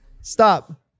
stop